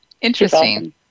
interesting